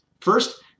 First